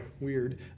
weird